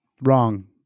Wrong